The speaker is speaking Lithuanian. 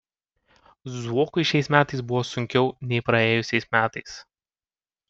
zuokui šiais metais buvo sunkiau nei praėjusiais metais